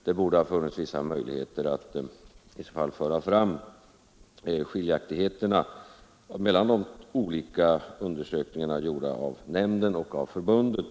Det borde ha funnits vissa möjligheter att inom denna nämnd föra fram skiljaktigheterna mellan de olika undersökningarna, gjorda av nämnden och av förbundet.